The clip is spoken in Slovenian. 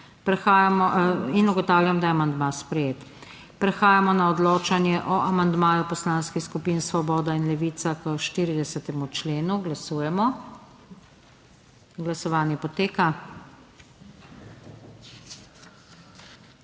Ugotavljam, da amandma ni sprejet. Prehajamo na odločanje o amandmaju Poslanskih skupin Svoboda in Levica k 60. členu. Glasujemo. Glasovanje poteka.